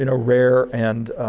and rare and